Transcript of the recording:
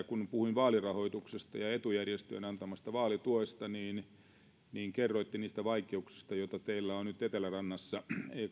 kun puhuin vaalirahoituksesta ja etujärjestöjen antamasta vaalituesta niin niin kerroitte niistä vaikeuksista joita teillä kokoomuksen edustajilla on nyt etelärannassa